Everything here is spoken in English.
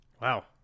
Wow